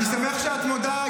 אני שמח שאת מודה,